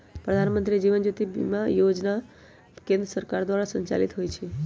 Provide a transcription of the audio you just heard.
प्रधानमंत्री जीवन ज्योति बीमा जोजना केंद्र सरकार द्वारा संचालित होइ छइ